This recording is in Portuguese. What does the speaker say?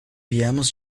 viemos